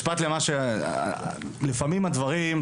משפט על מה ש- לפעמים הדברים,